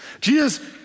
Jesus